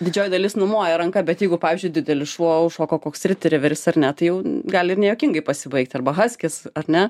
didžioji dalis numoja ranka bet jeigu pavyzdžiui didelis šuo užšoko koks retriveris ar ne tai jau gali ir nejuokingai pasibaigt arba haskis ar ne